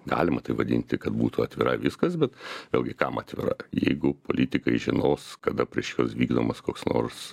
galima taip vadinti kad būtų atvira viskas bet vėlgi kam atvira jeigu politikai žinos kada prieš juos vykdomas koks nors